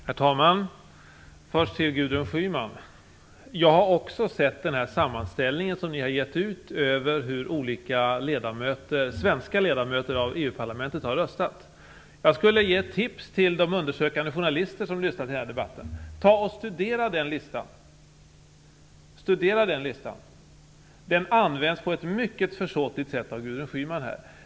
Herr talman! Först till Gudrun Schyman: Jag har också sett den sammanställning som ni har gett ut över hur olika svenska ledamöter i EU-parlamentet har röstat. Jag skulle vilja ge ett tips till de undersökande journalister som lyssnar till denna debatt: Studera den listan! Den används på ett mycket försåtligt sätt av Gudrun Schyman.